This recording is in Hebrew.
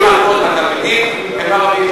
60% מהתלמידים הם ערבים.